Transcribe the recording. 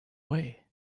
way